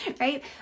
right